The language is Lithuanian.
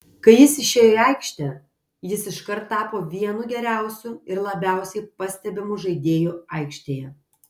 kai jis išėjo į aikštę jis iškart tapo vienu geriausiu ir labiausiai pastebimu žaidėju aikštėje